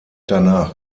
danach